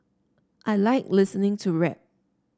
I like listening to rap